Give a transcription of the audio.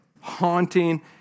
haunting